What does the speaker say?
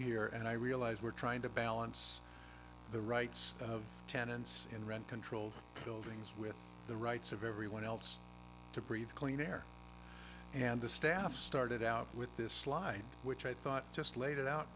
here and i realize we're trying to balance the rights of tenants in rent control of buildings with the rights of everyone else to breathe clean air and the staff started out with this slide which i thought just laid it out